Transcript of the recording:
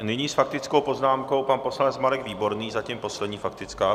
Nyní s faktickou poznámkou pan poslanec Marek Výborný, zatím poslední faktická.